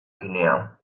guinea